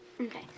Okay